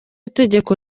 itegeko